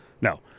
no